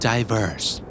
Diverse